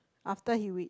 after he re~